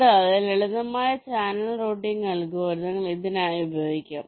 കൂടാതെ ലളിതമായ channel routing അൽഗോരിതങ്ങൾ ഇതിനായി ഉപയോഗിക്കാം